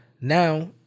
now